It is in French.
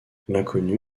l’inconnu